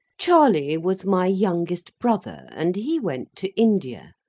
charley was my youngest brother, and he went to india.